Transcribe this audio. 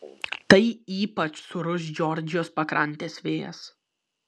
tai ypač sūrus džordžijos pakrantės vėjas